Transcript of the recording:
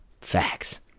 Facts